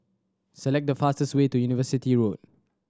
select the fastest way to University Road